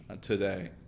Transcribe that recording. today